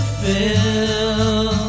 fill